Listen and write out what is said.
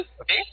Okay